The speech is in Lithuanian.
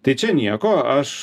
tai čia nieko aš